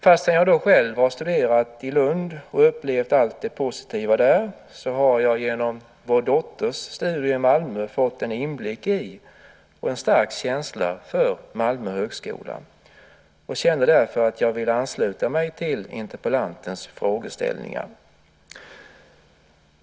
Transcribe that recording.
Fastän jag själv har studerat i Lund och upplevt allt det positiva där har jag genom vår dotters studier i Malmö fått en inblick i och en stark känsla för Malmö högskola. Jag känner därför att jag vill ansluta mig till interpellantens frågor.